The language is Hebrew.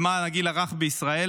למען הגיל הרך בישראל.